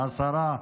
השרה.